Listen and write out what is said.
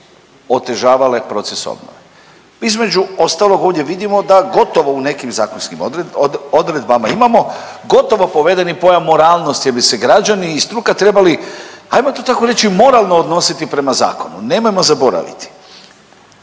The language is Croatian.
otežavale proces obnove. Između ostalog ovdje vidimo da gotovo u nekim zakonskim odredbama imamo gotovo povedeni pojam moralnosti, jer bi se građani i struka trebali hajmo to tako reći moralno odnositi prema zakonu. Nemojmo zaboraviti